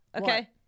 Okay